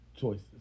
choices